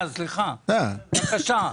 סליחה בבקשה.